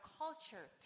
culture